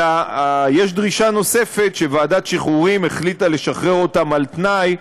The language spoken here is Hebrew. אלא יש דרישה נוספת: שוועדת שחרורים החליטה לשחרר אותם על תנאי,